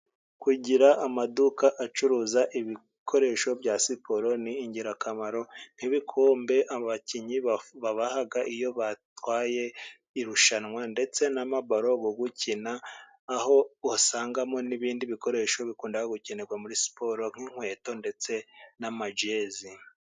Kugira amaduka acuruza ibikoresho bya siporo ni ingirakamaro. Nk'ibikombe abakinnyi babaha iyo batwaye irushanwa ,ndetse n'amabaro yo gukina, aho usangamo n'ibindi bikoresho bikunda gukinirwa muri siporo . Nk'inkweto ndetse n'amajezi.